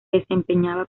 desempeñaba